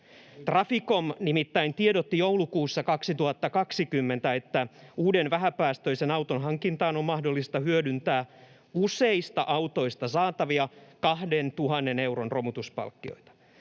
Traficom nimittäin tiedotti joulukuussa 2020, että uuden vähäpäästöisen auton hankintaan on mahdollista hyödyntää useista autoista saatavia 2 000 euron romutuspalkkioita.